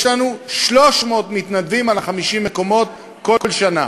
יש לנו 300 מתנדבים על 50 המקומות, כל שנה.